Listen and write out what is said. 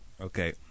Okay